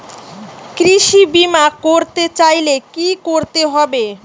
কৃষি বিমা করতে চাইলে কি করতে হবে?